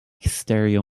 stereo